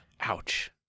Ouch